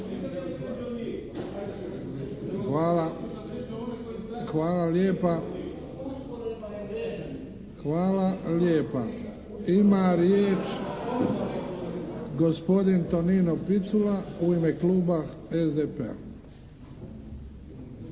u glas, ne razumije se./ … Hvala lijepa. Ima riječ gospodin Tonino Picula u ime kluba SDP-a.